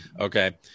Okay